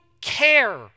care